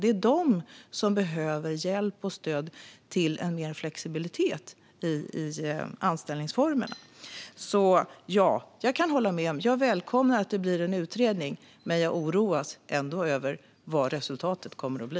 Det är de som behöver hjälp och stöd till mer flexibilitet i anställningsformerna. Jag välkomnar att det blir en utredning. Men jag oroas ändå över vad resultatet kommer att bli.